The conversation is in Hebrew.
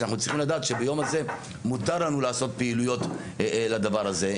שאנחנו צריכים לדעת שביום הזה מותר לנו לעשות פעילויות לדבר הזה.